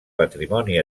patrimoni